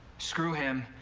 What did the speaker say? screw him.